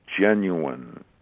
genuine